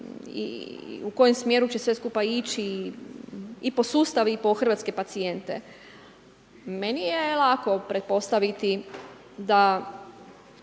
u kojem smjeru će sve skupa ići i po sustav i po hrvatske pacijente. Meni je lako pretpostaviti da